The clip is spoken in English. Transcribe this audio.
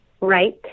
Right